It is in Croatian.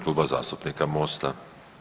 Kluba zastupnika Mosta.